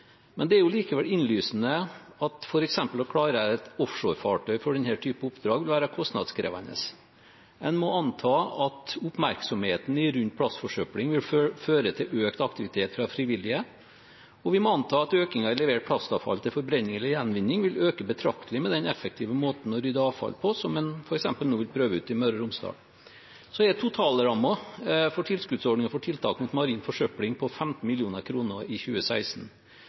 men det er likevel innlysende at f.eks. det å klarere et offshorefartøy for denne typen oppdrag vil være kostnadskrevende. Vi må anta at oppmerksomheten rundt plastforsøpling vil føre til økt aktivitet fra frivillige, og vi må anta at levert plastavfall til forbrenning eller gjenvinning vil øke betraktelig med den effektive måten å rydde avfall på som en f.eks. nå vil prøve ut i Møre og Romsdal. Totalrammen for tilskuddsordningen for tiltak mot marin forsøpling var på 15 mill. kr i 2016.